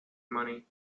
money